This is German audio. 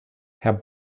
herr